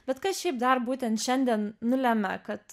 bet kas šiaip dar būtent šiandien nulemia kad